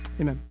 amen